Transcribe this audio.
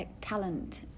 talent